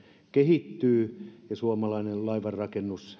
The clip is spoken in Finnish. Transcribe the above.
kehittyy ja suomalainen laivanrakennus